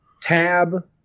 tab